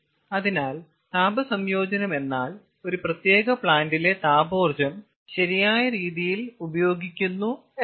അതിനാൽ താപ സംയോജനം എന്നാൽ ഒരു പ്രത്യേക പ്ലാന്റിലെ താപോർജ്ജം ശരിയായ രീതിയിൽ ഉപയോഗിക്കുന്നത് എന്നാണ്